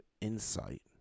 insight